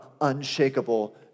unshakable